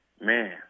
Man